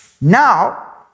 Now